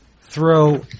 throw